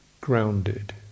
grounded